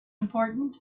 important